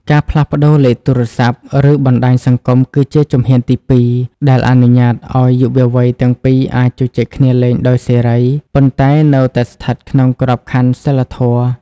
ការផ្លាស់ប្តូរលេខទូរស័ព្ទ ឬបណ្ដាញសង្គមគឺជាជំហានទីពីរ ដែលអនុញ្ញាតឱ្យយុវវ័យទាំងពីរអាចជជែកគ្នាលេងដោយសេរី ប៉ុន្តែនៅតែស្ថិតក្នុងក្របខ័ណ្ឌសីលធម៌។